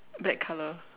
black colour